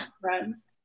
friends